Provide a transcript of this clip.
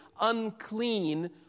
unclean